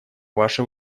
ваше